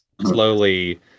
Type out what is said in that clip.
slowly